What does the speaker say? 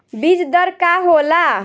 बीज दर का होला?